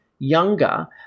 Younger